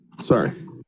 Sorry